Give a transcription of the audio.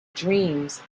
dreams